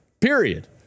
Period